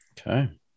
Okay